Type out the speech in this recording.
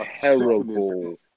terrible